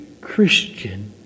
Christian